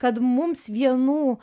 kad mums vienų